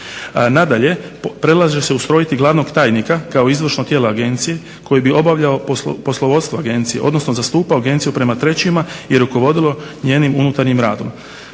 Nadalje, predlaže se ustrojiti glavnog tajnika kao izvršno tijelo Agencije koji bi obavljao poslovodstvo Agencije, odnosno zastupao Agenciju prema trećima i rukovodilo njenim unutarnjim radom.